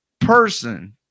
person